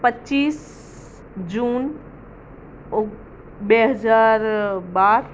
પચીસ જૂન ઑ બે હજાર બાર